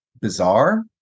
bizarre